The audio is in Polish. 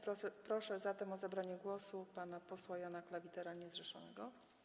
Proszę zatem o zabranie głosu pana posła Jana Klawitera, niezrzeszonego.